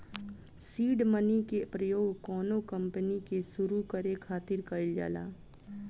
seed money के प्रयोग कौनो कंपनी के सुरु करे खातिर कईल जाला